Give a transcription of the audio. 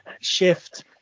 shift